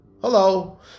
Hello